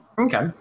Okay